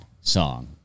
song